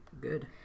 good